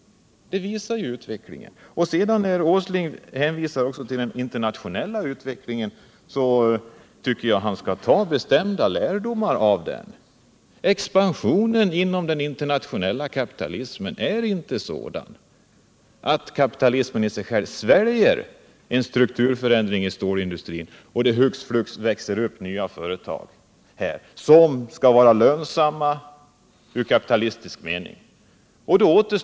När Åsling sedan hänvisar till den internationella utvecklingen tycker jag bestämt att han skall ta lärdom av den. Expansionen inom den internationella kapitalismen är inte sådan att kapitalismen i sig själv sväljer en strukturförändring inom stålindustrin, så att det sedan hux flux växer upp nya företag som från kapitalistisk synpunkt är lönsamma.